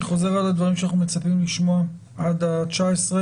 אני חוזר על הדברים שאנחנו מצפים לשמוע עד ה-19,